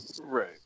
right